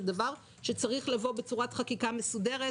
זה דבר שצריך לבוא בצורת חקיקה מסודרת,